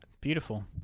Beautiful